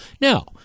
Now